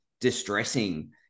distressing